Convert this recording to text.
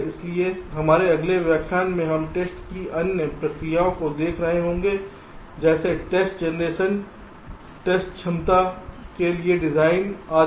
इसलिए हमारे अगले व्याख्यान में हम टेस्ट की अन्य प्रक्रियाओं को देख रहे होंगे जैसे टेस्ट जनरेशन टेस्ट क्षमता के लिए डिजाइन आदि